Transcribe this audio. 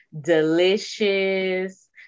delicious